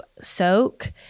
soak